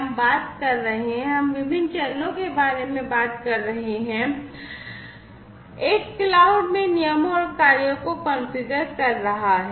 हम बात कर रहे हैं हम विभिन्न चरणों के बारे में बात कर रहे हैं कदम एक क्लाउड में नियमों और कार्यों को कॉन्फ़िगर कर रहा है